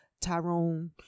Tyrone